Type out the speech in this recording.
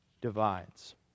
divides